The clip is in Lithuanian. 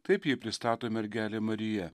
taip jį pristato mergelė marija